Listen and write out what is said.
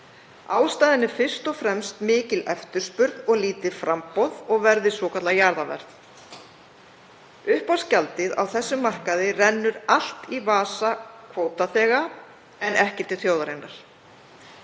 Ástæðan er fyrst og fremst mikil eftirspurn og lítið framboð og verðið svokallað jarðarverð. Uppboðsgjaldið á þessum markaði rennur allt í vasa kvótaþega en ekki til þjóðarinnar.